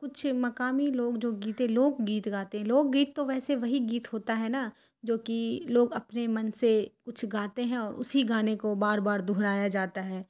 کچھ مکامی لوگ جو گیتے لوک گیت گاتے ہیں لوک گیت تو ویسے وہی گیت ہوتا ہے نا جوکہ لوگ اپنے من سے کچھ گاتے ہیں اور اسی گانے کو بار بار دہرایا جاتا ہے